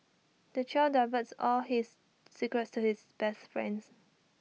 the child divulges all his secrets to his best friends